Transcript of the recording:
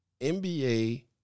NBA